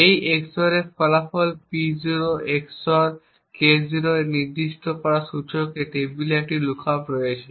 এই XOR এর ফলাফল P0 XOR K0 দ্বারা নির্দিষ্ট করা একটি সূচকে এই টেবিলে একটি লুকআপ রয়েছে